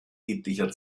etlicher